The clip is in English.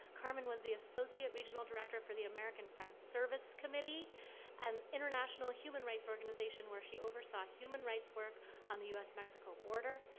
carmen was the associate regional director for the american friends service committee an international human rights organization where she oversaw human rights work on the us-mexico border,